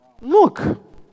Look